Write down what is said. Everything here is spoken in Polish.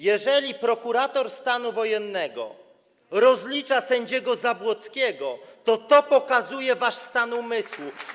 Jeżeli prokurator stanu wojennego rozlicza sędziego Zabłockiego, to to pokazuje wasz stan umysłu.